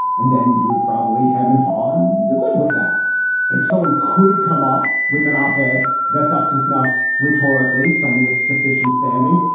and then he would probably hem and haw. you'd live with that if someone could come up with an op ed that's up to snuff rhetorically, someone with sufficient standing.